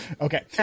Okay